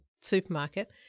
supermarket